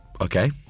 Okay